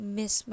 miss